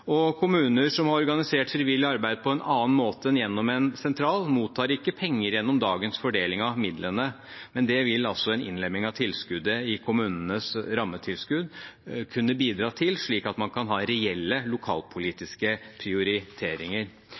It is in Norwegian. og kommuner som har organisert frivillig arbeid på en annen måte enn gjennom en sentral, mottar ikke penger gjennom dagens fordeling av midlene. Det vil en innlemming av tilskuddet i kommunenes rammetilskudd kunne bidra til, slik at man kan ha reelle lokalpolitiske prioriteringer.